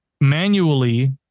manually